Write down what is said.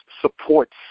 supports